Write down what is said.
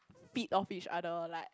feed off each other like